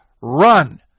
run